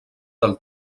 del